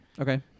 Okay